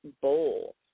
bowl